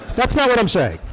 that's not what i'm saying.